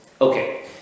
Okay